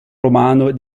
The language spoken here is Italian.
romano